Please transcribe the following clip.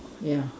ya